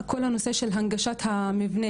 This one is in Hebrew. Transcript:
היא כל הנושא של הנגשת המבנה,